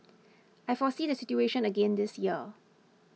I foresee the situation again this year